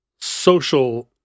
social